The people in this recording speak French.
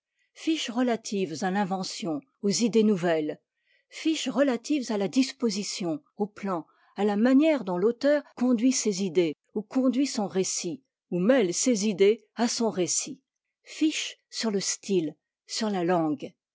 fiches relatives à l'invention aux idées nouvelles fiches relatives à la disposition au plan à la manière dont l'auteur conduit ses idées ou conduit son récit ou mêle ses idées à son récit fiches sur le style sur la langue